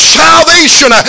salvation